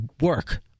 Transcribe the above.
work